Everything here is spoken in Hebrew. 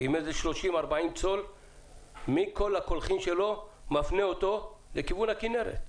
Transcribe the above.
עם 40-30 צול מכל הקולחין שלו ומפנה אותו לכיוון הכנרת.